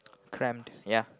crammed ya